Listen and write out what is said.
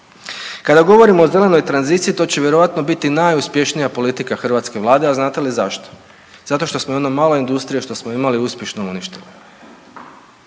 Kada govorimo o zelenoj tranziciji to će vjerojatno biti najuspješnija politika hrvatske Vlade. A znate li zašto? Zato što smo ono malo industrije što smo imali uspješnu uništili.